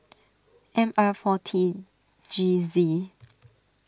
M R four T G Z